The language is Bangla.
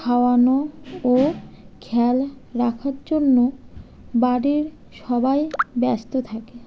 খাওয়ানো ও খেয়াল রাখার জন্য বাড়ির সবাই ব্যস্ত থাকে